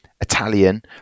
Italian